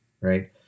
Right